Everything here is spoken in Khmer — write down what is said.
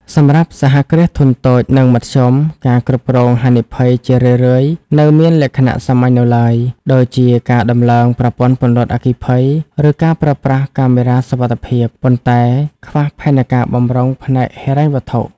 សម្រាប់ សហគ្រាសធុនតូច និងមធ្យមការគ្រប់គ្រងហានិភ័យជារឿយៗនៅមានលក្ខណៈសាមញ្ញនៅឡើយ ដូចជាការដំឡើងប្រព័ន្ធពន្លត់អគ្គិភ័យ ឬការប្រើប្រាស់កាមេរ៉ាសុវត្ថិភាព ប៉ុន្តែខ្វះផែនការបម្រុងផ្នែកហិរញ្ញវត្ថុ។